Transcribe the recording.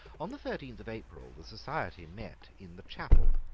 on the thirteenth of april the society met in the chapel.